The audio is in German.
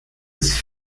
ist